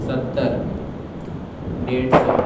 सतरि ॾेढु सौ